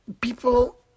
people